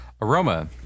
Aroma